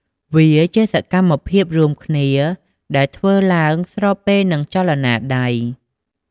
វាជាសកម្មភាពរួមគ្នាដែលធ្វើឡើងស្របពេលនឹងចលនាដៃ។